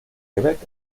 quebec